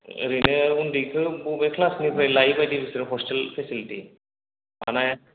ओरैनो उन्दैखौ अबे क्लासनिफ्राय लायोबादि बिसोरो हस्टेल पेसिलिटि माने